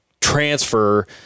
transfer